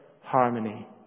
harmony